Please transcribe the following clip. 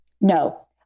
No